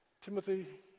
Timothy